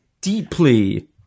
deeply